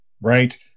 Right